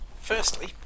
Firstly